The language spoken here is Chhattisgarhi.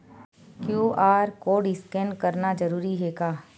क्यू.आर कोर्ड स्कैन करना जरूरी हे का?